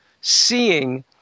seeing